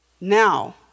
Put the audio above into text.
now